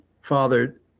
father